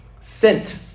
sent